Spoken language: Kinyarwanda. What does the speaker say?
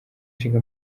ishinga